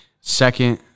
second